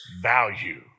value